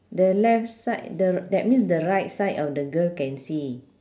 the left side the that means the right side of the girl can see